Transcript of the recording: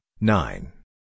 nine